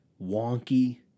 Wonky